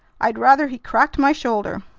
i'd rather he cracked my shoulder!